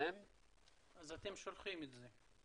אז אתם שולחים את זה?